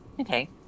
Okay